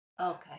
Okay